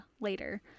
later